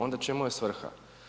Onda u čemu je svrha?